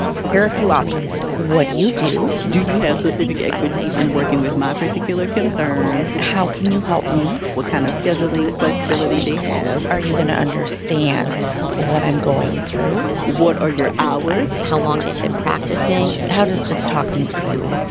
here are a few options what do you do? do you have specific expertise in working with my particular concern? how can you help me? what kind of scheduling, flexibility they have are you going to understand what i'm going through? what are your hours? how long they've been practicing. how does just talking to you,